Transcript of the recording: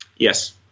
Yes